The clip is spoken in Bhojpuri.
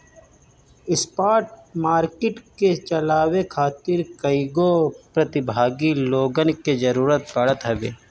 स्पॉट मार्किट के चलावे खातिर कईगो प्रतिभागी लोगन के जरूतर पड़त हवे